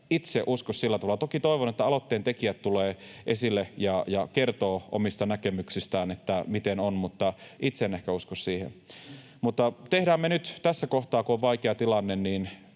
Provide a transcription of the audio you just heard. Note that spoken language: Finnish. itse usko sillä tavalla. Toki toivon, että aloitteen tekijät tulevat esille ja kertovat omista näkemyksistään, että miten on, mutta itse en ehkä usko siihen. Mutta tehdään me nyt tässä kohtaa, kun on vaikea tilanne,